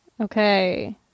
Okay